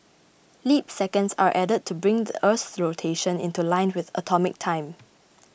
leap seconds are added to bring the Earth's rotation into line with atomic time